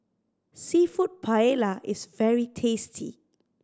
Seafood Paella is very tasty